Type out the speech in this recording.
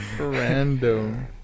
Random